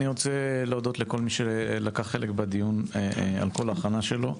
אני רוצה להודות לכל מי שלקח חלק בדיון על כל ההכנה שלו.